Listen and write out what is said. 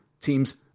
teams